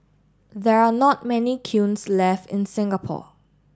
there are not many kilns left in Singapore